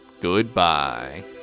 Goodbye